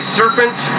serpents